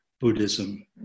Buddhism